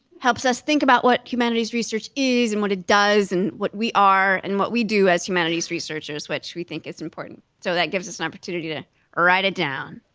helps us think about what humanities research is and what it does and what we are, and what we do as humanities researchers, which we think is important. so that gives us an opportunity to write it down.